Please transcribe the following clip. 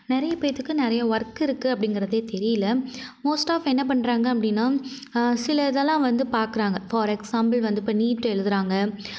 நிறைய பேருத்துக்கு நிறைய ஒர்க் இருக்குது அப்படிங்கறதே தெரியல மோஸ்ட் ஆஃப் என்ன பண்ணுறாங்க அப்படின்னா சில இதெலாம் வந்து பார்க்றாங்க ஃபார் எக்ஸாம்பில் வந்து இப்போ நீட் எழுதுகிறாங்க